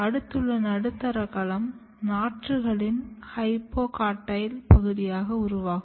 அடுத்துள்ள நடுத்தர களம் நாற்றுகளின் ஹைபோகோடைல் பகுதியாக உருவாகும்